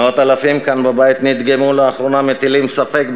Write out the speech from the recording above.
מאות אלפים כאן בבית נדגמו לאחרונה מטילים ספק,